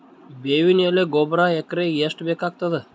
ಬೇವಿನ ಎಲೆ ಗೊಬರಾ ಎಕರೆಗ್ ಎಷ್ಟು ಬೇಕಗತಾದ?